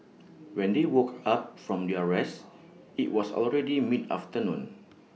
when they woke up from their rest IT was already mid afternoon